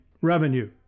revenue